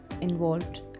involved